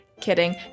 Kidding